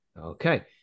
Okay